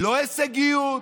לא הישגיות,